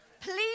Please